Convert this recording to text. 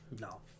No